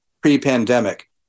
pre-pandemic